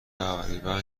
تقریبا